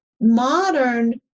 modern